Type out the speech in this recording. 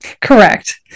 Correct